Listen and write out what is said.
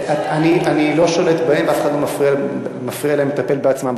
אני לא שולט בהם ואף אחד לא מפריע להם לטפל בעצמם,